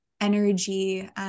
energy